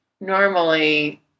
normally